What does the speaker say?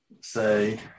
say